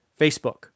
Facebook